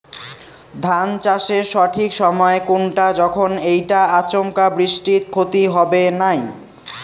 ধান চাষের সঠিক সময় কুনটা যখন এইটা আচমকা বৃষ্টিত ক্ষতি হবে নাই?